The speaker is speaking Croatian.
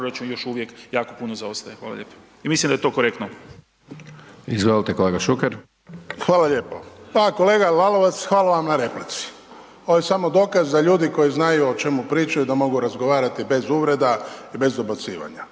proračun, još uvijek jako puno zaostaje. Hvala lijepo. I mislim da je to korektno. **Hajdaš Dončić, Siniša (SDP)** Izvolite kolega Šuker. **Šuker, Ivan (HDZ)** Hvala lijepo. Pa kolega Lalovac, hvala vam na replici, ovo je samo dokaz da ljudi koji znaju o čemu pričaju da mogu razgovarati bez uvreda i bez dobacivanja